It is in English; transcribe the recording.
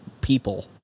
people